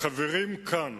לחברים כאן